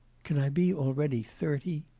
can i be already thirty.